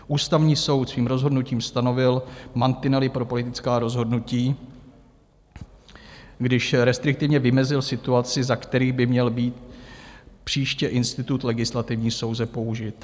Ústavní soud svým rozhodnutím stanovil mantinely pro politická rozhodnutí, když restriktivně vymezil situaci, za které by měl být příště institut legislativní nouze použit.